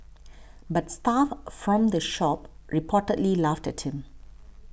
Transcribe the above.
but staff from the shop reportedly laughed at him